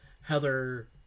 Heather